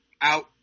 out